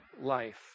life